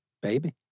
Baby